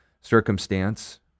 Circumstance